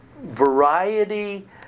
variety